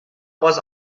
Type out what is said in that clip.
was